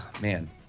man